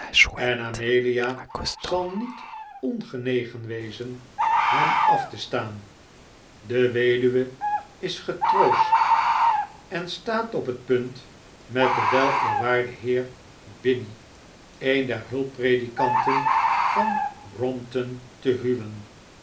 en amelia zal niet ongenegen wezen hem af te staan de weduwe is getroost en staat op het punt met den weleerwaarden heer binney een der hulppredikanten van brompton te huwen